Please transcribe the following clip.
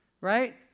right